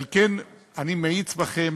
על כן אני מאיץ בכם